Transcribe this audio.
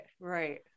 right